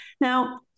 Now